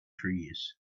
trees